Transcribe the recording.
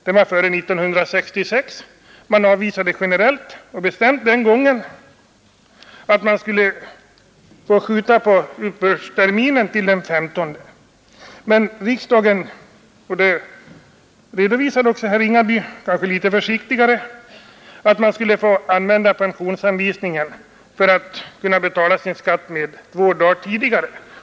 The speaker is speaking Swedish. Den behandlades 1966, och den gången avvisade riksdagen generellt och bestämt att man skulle få skjuta på uppbördsterminen till den 15. Men riksdagen behandlade då ett förslag — och det redovisade också herr Ringaby, kanske litet försiktigare — att man skulle få använda pensionsanvisningen för att kunna betala sin skatt två dagar tidigare.